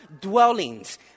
dwellings